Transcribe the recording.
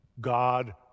God